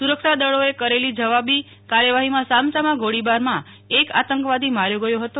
સુરક્ષાદળોએ કરેલી જવાબી કાર્યવાહીમાં સામ સામા ગોળીબારમાં એક આતંકવાદી માર્યો ગયો હતો